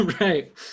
Right